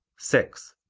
six.